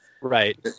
right